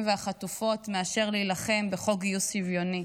והחטופות מאשר להילחם בחוק גיוס שוויוני.